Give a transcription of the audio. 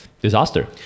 Disaster